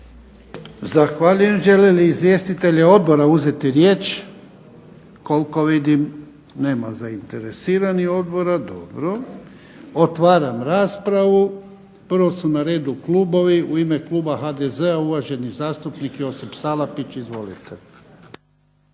Zahvaljujem. Žele li izvjestitelji odbora uzeti riječ? Koliko vidim nema zainteresiranih odbora. Dobro. Otvaram raspravu. Prvo su na redu klubovi. U ime kluba HDZ-a uvaženi zastupnik Josip Salapić. Izvolite.